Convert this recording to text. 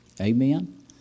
Amen